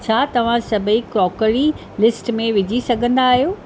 छा तव्हां सभई क्रॉकरी लिस्ट में विझी सघंदा आहियो